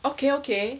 okay okay